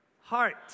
heart